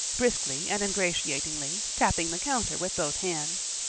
briskly and ingratiatingly, tapping the counter with both hands.